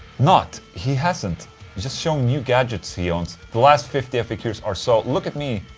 not, he hasn't. he's just showing new gadgets he owns, the last fifty faqs are so. look at me,